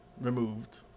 removed